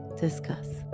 discuss